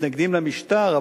מתנגדים למשטר,